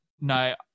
No